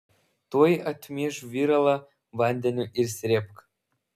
tuoj atmieš viralą vandeniu ir srėbk